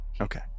Okay